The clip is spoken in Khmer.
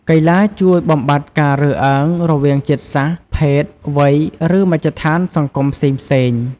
កីឡាជួយបំបាត់ការរើសអើងរវាងជាតិសាសន៍ ភេទ វ័យ ឬមជ្ឈដ្ឋានសង្គមផ្សេងៗ។